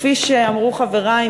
כפי שאמרו חברי,